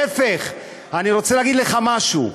להפך, אני רוצה להגיד לך משהו: